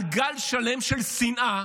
על גל שלם של שנאה